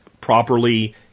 properly